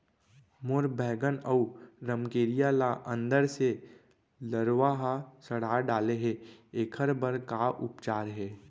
मोर बैगन अऊ रमकेरिया ल अंदर से लरवा ह सड़ा डाले हे, एखर बर का उपचार हे?